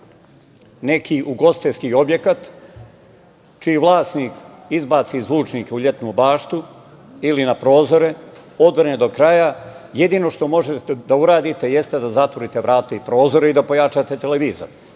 neki ugostiteljski objekat, čiji vlasnik izbaci zvučnike u letnju baštu ili na prozore, odvrne do kraja, jedino što možete da uradite, jeste da zatvorite vrata i prozore, i da pojačate televizor.